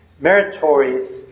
meritorious